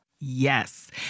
Yes